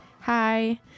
Hi